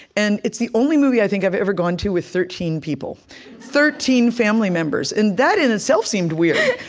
and it's the only movie i think i've ever gone to with thirteen people thirteen family members and that in itself seemed weird.